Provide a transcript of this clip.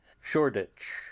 Shoreditch